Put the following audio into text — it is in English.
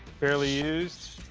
barely used,